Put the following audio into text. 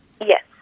Yes